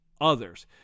others